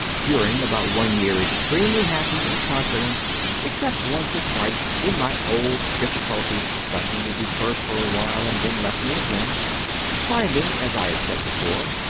during about one year extremely happy and con fident except once or twice when my old difficul ties suddenly recurred for a while and then left me again finding, as i have said before,